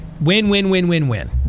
Win-win-win-win-win